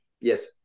Yes